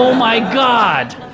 my god.